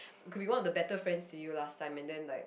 could be one of the better friends to you last time and then like